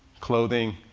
clothing,